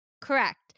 Correct